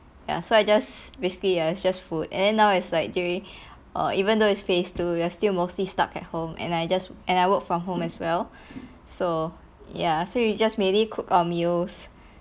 ya so I just basically ya it's just food and and now it's like during uh even though it's phase two you are still mostly stuck at home and I just and I work from home as well so ya so you just mainly cook our meals